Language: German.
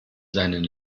seinen